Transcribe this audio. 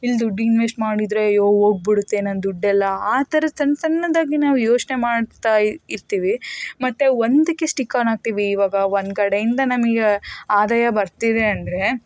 ಇಲ್ಲಿ ದುಡ್ಡು ಇನ್ವೆಸ್ಟ್ ಮಾಡಿದ್ರೆ ಅಯ್ಯೋ ಹೋಗ್ಬಿಡುತ್ತೆ ನನ್ನ ದುಡ್ಡೆಲ್ಲ ಆ ಥರ ಸಣ್ಣ ಸಣ್ಣದಾಗಿ ನಾವು ಯೋಚನೆ ಮಾಡ್ತಾಯಿರ್ತೀವಿ ಮತ್ತೆ ಒಂದಕ್ಕೆ ಸ್ಟಿಕ್ ಆನ್ ಆಗ್ತೀವಿ ಇವಾಗ ಒಂದು ಕಡೆಯಿಂದ ನಮಗೆ ಆದಾಯ ಬರ್ತಿದೆ ಅಂದರೆ